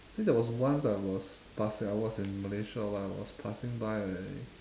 I think there was once I was past year I was in malaysia or what ah I was passing by a